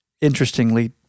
Interestingly